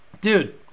dude